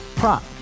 prop